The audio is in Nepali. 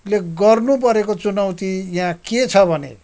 ले गर्नु परेको चुनौती यहाँ के छ भने